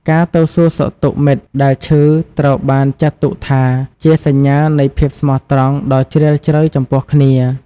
ការទៅសួរសុខទុក្ដមិត្តដែលឈឺត្រូវបានចាត់ទុកថាជាសញ្ញានៃភាពស្មោះត្រង់ដ៏ជ្រាលជ្រៅចំពោះគ្នា។